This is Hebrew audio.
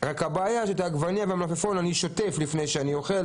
אבל הבעיה היא שאת העגבנייה והמלפפון אני שוטף לפני שאני אוכל,